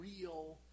real